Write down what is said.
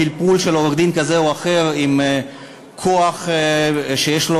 שעם פלפול של עורך-דין כזה או אחר עם כוח שיש לו